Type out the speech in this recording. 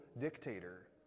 dictator